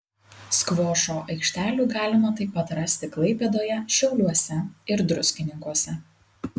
skvošo aikštelių galima taip pat rasti klaipėdoje šiauliuose ir druskininkuose